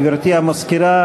גברתי המזכירה,